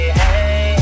hey